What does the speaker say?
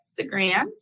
Instagram